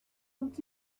ont